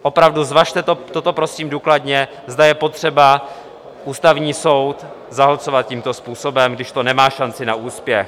Opravdu zvažte toto prosím důkladně, zda je potřeba Ústavní soud zahlcovat tímto způsobem, když to nemá šanci na úspěch.